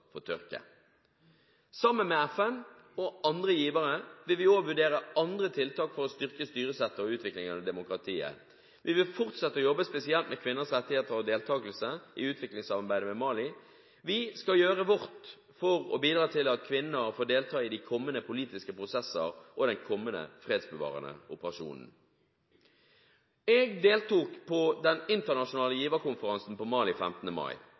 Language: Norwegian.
tørke. Sammen med FN og andre givere vil vi også vurdere andre tiltak for å styrke styresettet og utviklingen av demokratiet. Vi vil fortsette å jobbe spesielt med kvinners rettigheter og deltakelse i utviklingssamarbeidet i Mali. Vi skal gjøre vårt for å bidra til at kvinner får delta i de kommende politiske prosesser og den kommende fredsbevarende operasjonen. Jeg deltok på den internasjonale giverkonferansen for Mali 15. mai.